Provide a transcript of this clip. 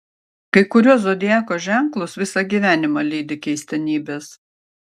kai kuriuos zodiako ženklus visą gyvenimą lydi keistenybės